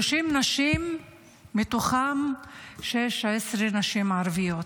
30 נשים ומתוכן 16 נשים ערביות.